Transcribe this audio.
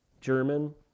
German